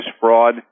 fraud